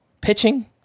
pitching